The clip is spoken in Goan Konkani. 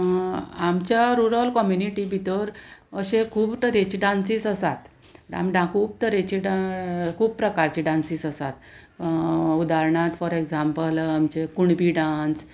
आमच्या रुरल कम्युनिटी भितर अशें खूब तरेचे डांसीस आसात आम खूब तरेचे खूब प्रकारचे डांसीस आसात उदाहरणांत फॉर एग्जाम्पल आमचे कुणबी डांस